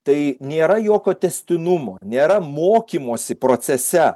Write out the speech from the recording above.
tai nėra jokio tęstinumo nėra mokymosi procese